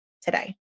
today